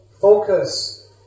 focus